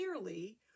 clearly